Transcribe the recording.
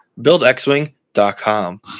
BuildXWing.com